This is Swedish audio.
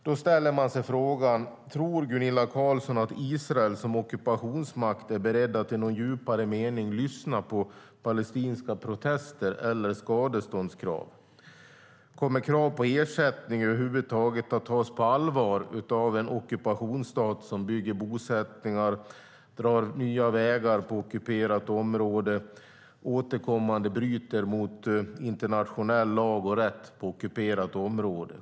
Då ställer man sig frågan: Tror Gunilla Carlsson att Israel som ockupationsmakt är beredd att i någon djupare mening lyssna på palestinska protester eller skadeståndskrav? Kommer krav på ersättning över huvud taget att tas på allvar av en ockupationsstat som bygger bosättningar, drar nya vägar på ockuperat område och återkommande bryter mot internationell lag och rätt på ockuperat område?